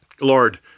Lord